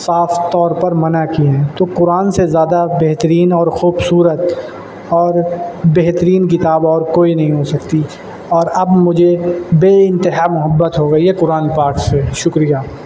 صاف طور پر منع کیا ہے تو قرآن سے زیادہ بہترین اور خوبصورت اور بہترین کتاب اور کوئی نہیں ہو سکتی اور اب مجھے بے انتہا محبت ہو گئی ہے قرآن پاک سے شکریہ